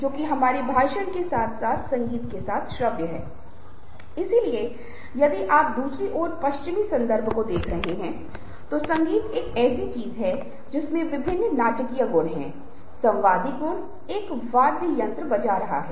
लेकिन अधिकांश परिस्थितियों में दूसरे व्यक्ति के बारे में सीखना अधिक महत्वपूर्ण है और यह ऐसी चीज हैजिसकी अक्सर अनदेखी की जाती है